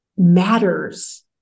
matters